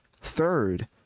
third